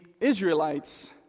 Israelites